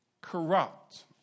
corrupt